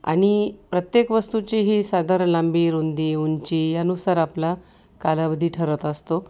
आणि प्रत्येक वस्तूची ही साधारण लांबी रुंदी उंची यानुसार आपला कालावधी ठरत असतो